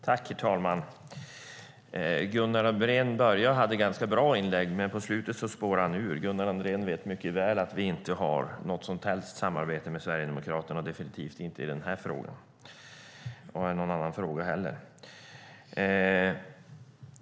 Herr talman! Gunnar Andrén hade i början ett ganska bra inlägg, men mot slutet spårade han ur. Gunnar Andrén vet mycket väl att vi inte har något som helst samarbete med Sverigedemokraterna, definitivt inte i den här frågan och inte heller i någon annan.